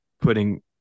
putting